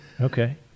Okay